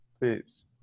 please